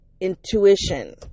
intuition